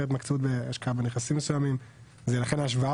יותר התמקצעות בהשקעה בנכסים מסוימים ולכן ההשוואה,